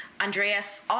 Andreas